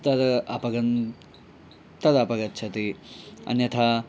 तद् अपगन् तद् अपगच्छति अन्यथा